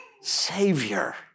Savior